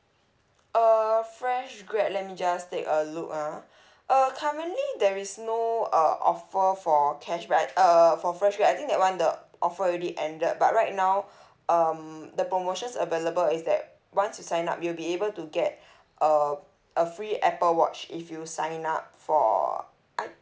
uh fresh graduate let me just take a look ah uh currently there is no uh offer for cashback uh for fresh graduate I think that [one] the offer already ended but right now um the promotions available is that once you sign up you'll be able to get uh a free Apple watch if you sign up for I